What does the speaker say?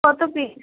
কত পিস